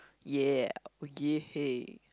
yea oh yea hey